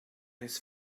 his